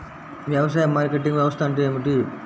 వ్యవసాయ మార్కెటింగ్ వ్యవస్థ అంటే ఏమిటి?